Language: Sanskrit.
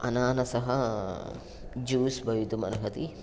अनानसः ज्यूस् भवितुमर्हति